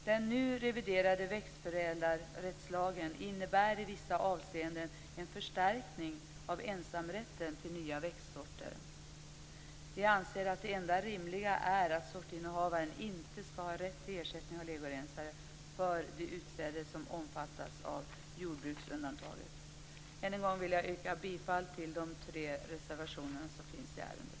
Den nu reviderade växtförädlarrättslagen innebär i vissa avseenden en förstärkning av ensamrätten till nya växtsorter. Vi anser att det enda rimliga är att sortinnehavaren inte skall ha rätt till ersättning av legorensare för det utsäde som omfattas av jordbruksundantaget. Än en gång vill jag yrka bifall till de tre reservationerna i ärendet.